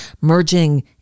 merging